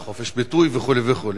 וחופש ביטוי וכו' וכו'.